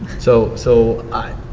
so so i